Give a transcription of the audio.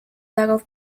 darauf